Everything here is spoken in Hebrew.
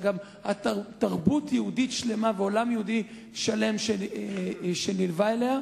אלא תרבות יהודית שלמה ועולם יהודי שלם שנלווה אליה.